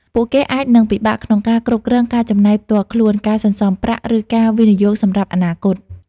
ពួកគេអាចនឹងពិបាកក្នុងការគ្រប់គ្រងការចំណាយផ្ទាល់ខ្លួន ការសន្សំប្រាក់ ឬការវិនិយោគសម្រាប់អនាគត។